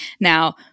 Now